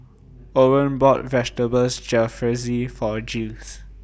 Orren bought Vegetables Jalfrezi For Jiles